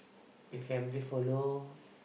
if family follow